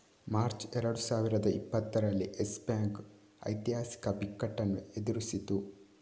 March ಎರಡು ಸಾವಿರದ ಇಪ್ಪತ್ತರಲ್ಲಿ ಯೆಸ್ ಬ್ಯಾಂಕ್ ಐತಿಹಾಸಿಕ ಬಿಕ್ಕಟ್ಟನ್ನು ಎದುರಿಸಿತು